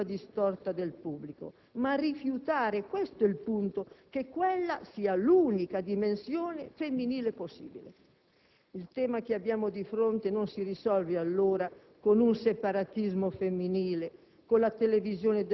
e una aspettativa distorta del pubblico, ma rifiutare che quella sia l'unica dimensione femminile possibile. Il tema che abbiamo di fronte non si risolve allora con un separatismo femminile,